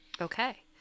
Okay